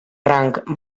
rang